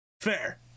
Fair